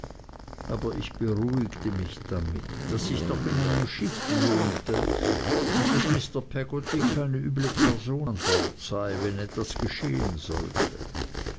aber ich beruhigte mich damit daß ich doch in einem schiff wohnte und daß mr peggotty keine üble person an bord sei wenn etwas geschehen sollte